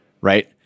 right